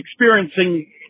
experiencing